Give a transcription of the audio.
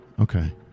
Okay